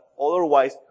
otherwise